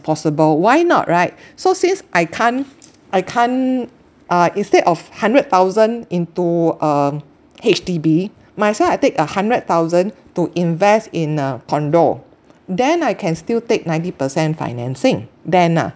possible why not right so since I can't I can't uh instead of hundred thousand into um H_D_B might as well I take a hundred thousand to invest in a condo then I can still take ninety percent financing then ah